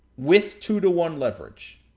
with two two one leverage.